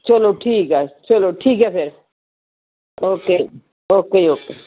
ਚਲੋ ਠੀਕ ਹੈ ਚਲੋ ਠੀਕ ਹੈ ਫਿਰ ਓਕੇ ਓਕੇ ਜੀ ਓਕੇ